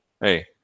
Hey